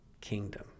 kingdom